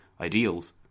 ideals